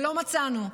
ולא מצאנו,